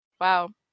Wow